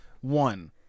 one